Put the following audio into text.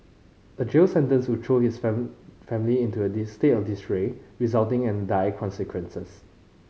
a jail sentence would throw his family into a of disarray resulting in dire consequences